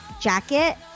jacket